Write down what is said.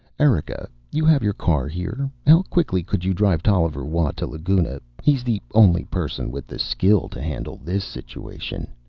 erika, you have your car here? how quickly could you drive tolliver watt to laguna? he's the only person with the skill to handle this situation.